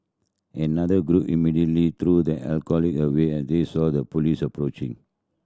another group immediately threw the alcohol away as they saw the police approaching